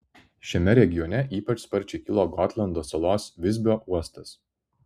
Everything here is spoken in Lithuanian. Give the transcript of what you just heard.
šiame regione ypač sparčiai kilo gotlando salos visbio uostas